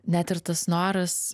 net ir tas noras